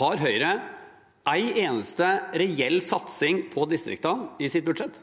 Har Høyre en eneste reell satsing på distriktene i sitt budsjett?